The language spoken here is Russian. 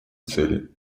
цели